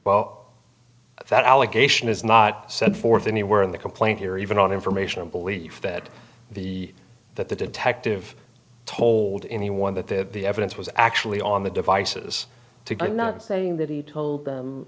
well that allegation is not set forth anywhere in the complaint here even on information and belief that the that the detective told anyone that that the evidence was actually on the devices to get not saying that he told them